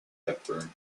hepburn